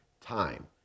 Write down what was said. time